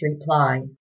reply